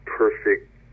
perfect